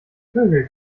vögel